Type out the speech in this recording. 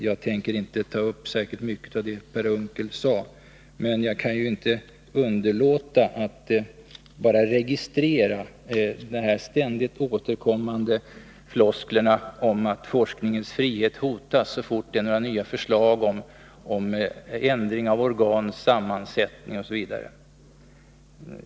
Jag tänker därför inte ta upp särskilt mycket av det Per Unckel sade, men jag kan inte underlåta att bara registrera de ständigt återkommande flosklerna om att forskningens frihet hotas så fort det kommer några nya förslag om ändring av organs sammansättning osv.